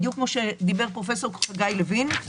בדיוק כפי שאמר פרופ' חגי לוין.